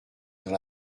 dans